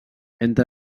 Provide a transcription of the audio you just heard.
entre